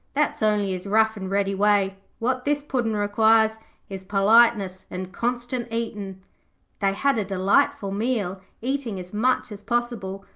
that's only his rough and ready way. what this puddin' requires is politeness and constant eatin' they had a delightful meal, eating as much as possible,